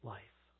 Life